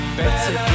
better